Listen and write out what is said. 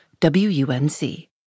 WUNC